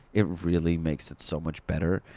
it really makes it so much better.